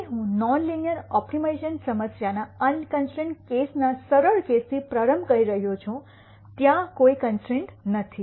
તેથી હું non linear optimisation સમસ્યાના અનકન્સ્ટ્રૈન્ટ કેસના સરળ કેસથી પ્રારંભ કરી રહ્યો છું કે ત્યાં કોઈ કન્સ્ટ્રૈન્ટ નથી